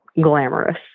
glamorous